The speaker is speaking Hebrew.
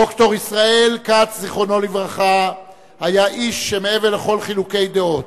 ד"ר ישראל כ"ץ ז"ל היה איש שמעבר לכל חילוקי דעות.